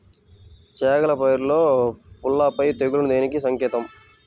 చేగల పైరులో పల్లాపై తెగులు దేనికి సంకేతం?